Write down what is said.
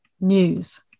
news